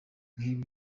nk’ibi